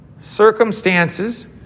circumstances